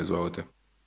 Izvolite.